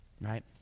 right